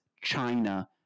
China